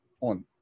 On